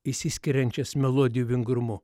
išsiskiriančias melodijų vingrumu